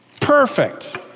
Perfect